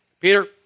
Peter